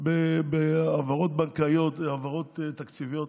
בהעברות תקציביות